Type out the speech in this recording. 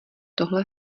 tohle